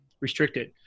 restricted